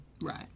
right